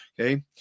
Okay